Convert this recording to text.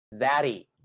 zaddy